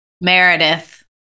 meredith